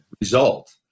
result